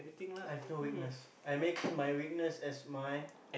I have no weakness I make my weakness as my